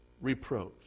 reproach